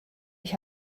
ich